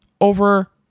over